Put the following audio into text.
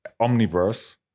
Omniverse